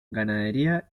ganadería